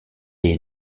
est